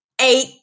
eight